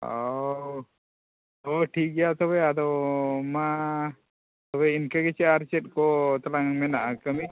ᱦᱳᱭ ᱦᱳᱭ ᱴᱷᱤᱠ ᱜᱮᱭᱟ ᱛᱚᱵᱮ ᱟᱫᱚ ᱢᱟ ᱛᱚᱵᱮ ᱤᱱᱠᱟᱹ ᱜᱮᱪᱮ ᱟᱨ ᱪᱮᱫ ᱠᱚ ᱛᱟᱞᱟᱝ ᱢᱮᱱᱟᱜᱼᱟ ᱠᱟᱹᱢᱤ